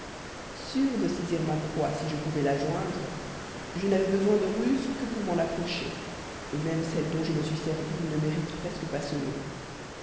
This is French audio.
sûr de saisir ma proie si je pouvais la joindre je n'avais besoin de ruse que pour m'en approcher même celle dont je me suis servi ne mérite presque pas ce nom